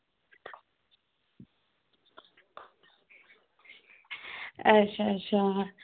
अच्छा अच्छा